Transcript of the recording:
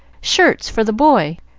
shirts for the boy,